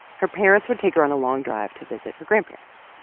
her parents would take her on a long drive to visit her grandparents.